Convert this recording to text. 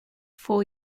four